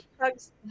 hugs